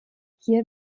hier